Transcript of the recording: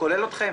כולל אתכם,